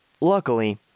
Luckily